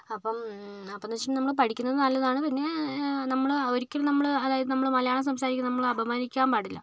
അപ്പം അപ്പോഴെന്ന് വെച്ചിട്ടുണ്ടെങ്കിൽ നമ്മൾ പഠിക്കുന്നത് നല്ലതാണ് പിന്നെ നമ്മൾ ഒരിക്കൽ നമ്മൾ അതായത് നമ്മൾ മലയാളം സംസാരിക്കുന്നതിൽ നമ്മളെ അപമാനിക്കാൻ പാടില്ല